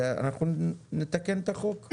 אנחנו נתקן את החוק.